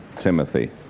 Timothy